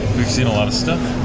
we've seen a lot of stuff.